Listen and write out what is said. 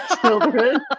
children